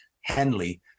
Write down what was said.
Henley